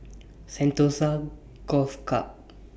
Sentosa Golf Club